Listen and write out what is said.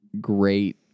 great